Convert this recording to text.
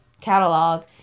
catalog